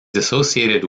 associated